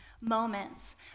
moments